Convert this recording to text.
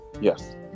Yes